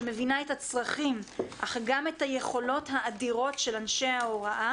שמבינה את הצרכים אך גם את היכולות האדירות של אנשי ההוראה